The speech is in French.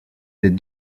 des